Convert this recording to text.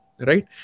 right